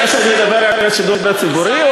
כמו תאגיד השידור הציבורי, כמו חוק שידורי הכנסת.